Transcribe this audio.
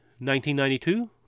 1992